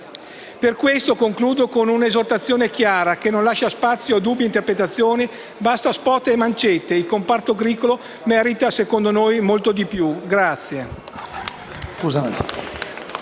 Per questo, concludo con un'esortazione chiara, che non lascia spazio a dubbi o interpretazioni. Basta *spot* e mancette: il comparto agricolo merita - secondo noi - molto di più.